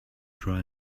draw